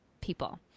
people